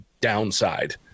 downside